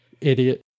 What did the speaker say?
Idiot